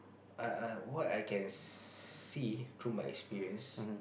I I what I can see through my experience